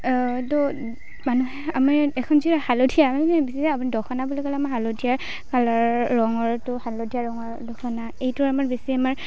এইটো মানুহে আমি এখন যে হালধীয়া দখনা বুলি ক'লে আমাৰ হালধীয়া কালাৰৰ ৰঙৰটো হালধীয়া ৰঙৰ দখনা এইটো আমাৰ বেছি আমাৰ